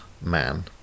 man